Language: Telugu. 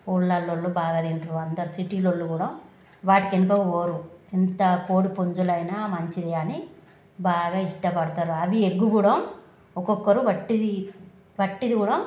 ఊళ్ళల్లోలు బాగా తింటర్రు అందరూ సిటీలోళ్ళు కూడా వాటికెనకకు పోరు ఎంత కోడిపుంజులైనా మంచిది అని బాగా ఇష్టపడతరు అవి ఎగ్గు కూడా ఒక్కొక్కరు వట్టిది వట్టిది కూడా